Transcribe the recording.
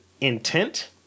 intent